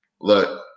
look